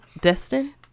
destin